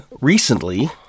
recently